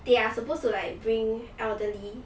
they are supposed to like bring elderly